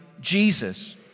Jesus